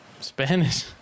Spanish